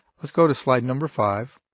let's go to slide number five.